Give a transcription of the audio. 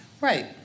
Right